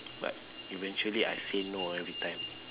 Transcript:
but eventually I say no every time